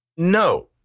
No